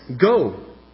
go